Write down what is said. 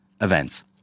events